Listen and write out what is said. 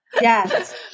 Yes